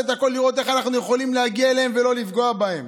את הכול לראות איך אנחנו יכולים להגיע אליהם ולא לפגוע בהם.